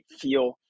feel